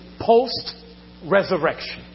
post-resurrection